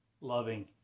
loving